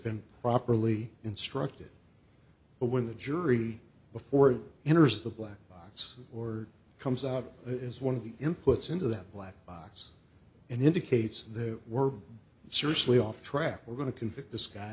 been properly instructed but when the jury before it enters the black box or comes out as one of the inputs into that black box and indicates that we're seriously off track we're going to convict this guy